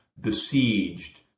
besieged